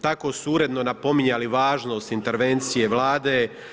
Tako su uredno napominjali važnost intervencije vlade.